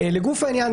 לגוף העניין,